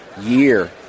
year